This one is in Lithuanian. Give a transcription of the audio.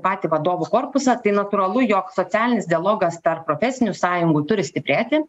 patį vadovų korpusą tai natūralu jog socialinis dialogas tarp profesinių sąjungų turi stiprėti